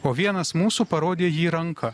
o vienas mūsų parodė jį ranka